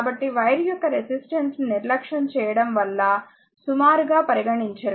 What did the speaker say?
కాబట్టి వైర్ యొక్క రెసిస్టెన్స్ ను నిర్లక్ష్యం చేయడంవల్ల సుమారుగా పరిగణించరు